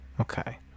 Okay